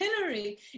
Hillary